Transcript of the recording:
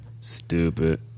Stupid